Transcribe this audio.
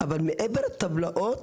אבל מעבר לטבלאות,